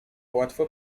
łatwo